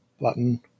button